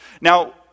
Now